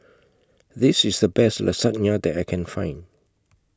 This IS The Best Lasagne that I Can Find